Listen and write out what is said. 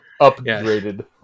Upgraded